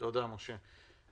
תודה, משה.